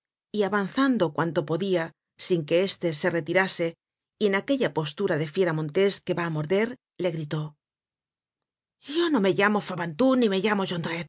y avanzando cuanto podia sin que éste se retirase y en aquella postura de fiera montés que va á morder le gritó yo no me llamó fabantou ni me llamo